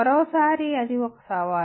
మరోసారి అది ఒక సవాలు